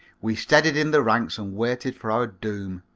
we steadied in the ranks and waited for our doom.